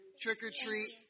trick-or-treat